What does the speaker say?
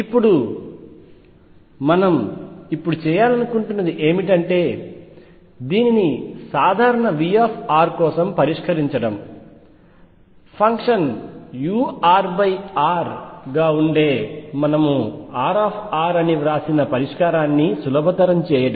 ఇప్పుడు మనం ఇప్పుడు చేయాలనుకుంటున్నది ఏమిటంటే దీనిని సాధారణ V కోసం పరిష్కరించడం ఫంక్షన్ urr గా ఉండే మనము R అని వ్రాసిన పరిష్కారాన్ని సులభతరం చేయడం